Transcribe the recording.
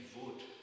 vote